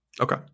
Okay